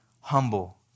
humble